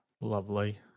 Lovely